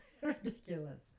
ridiculous